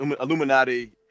Illuminati